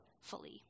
fully